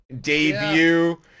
debut